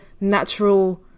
natural